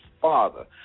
father